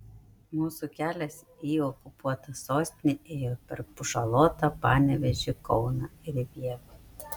mūsų kelias į okupuotą sostinę ėjo per pušalotą panevėžį kauną ir vievį